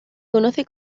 conoce